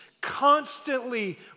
constantly